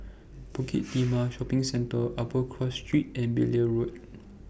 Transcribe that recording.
Bukit Timah Shopping Centre Upper Cross Street and Blair Road